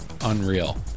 unreal